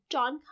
John